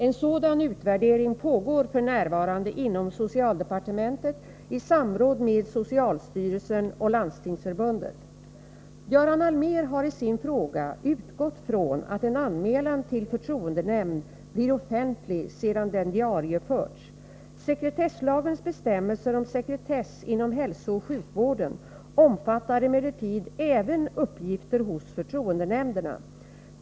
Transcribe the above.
En sådan utvärdering pågår f. n. inom socialdepartementet i samråd med socialstyrelsen och Landstingsförbundet. Göran Allmér har i sin fråga utgått från att en anmälan till förtroendenämnd blir offentlig sedan den diarieförts där. Sekretesslagens bestämmelser om sekretess inom hälsooch sjukvården omfattar emellertid även uppgifter hos förtroendenämnderna.